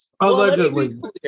Allegedly